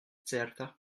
certa